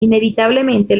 inevitablemente